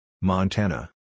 Montana